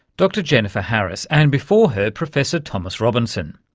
dr jennifer harris and, before her, professor thomas robinson.